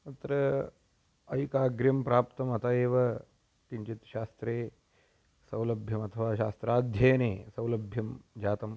अत्र ऐकाग्र्यं प्राप्तम् अत एव किञ्चित् शास्त्रे सौलभ्यम् अथवा शास्त्राध्ययने सौलभ्यं जातम्